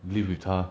live with 他